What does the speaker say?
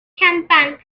champán